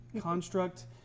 construct